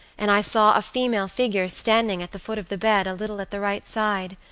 and i saw a female figure standing at the foot of the bed, a little at the right side.